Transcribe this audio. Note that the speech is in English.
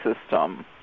system